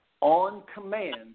on-command